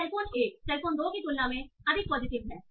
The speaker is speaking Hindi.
सेल फोन 1 सेल फोन 2 की तुलना में अधिक पॉजिटिव है